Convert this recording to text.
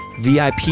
VIP